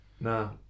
No